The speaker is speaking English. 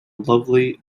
lovely